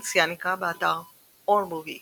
האנס יניקה, באתר AllMovie